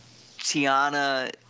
Tiana